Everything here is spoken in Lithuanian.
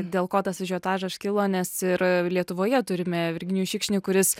dėl ko tas ažiotažas kilo nes ir lietuvoje turime virginijų šikšnį kuris